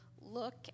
look